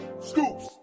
scoops